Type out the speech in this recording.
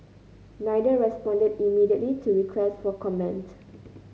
neither responded immediately to requests for comment